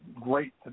great